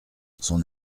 son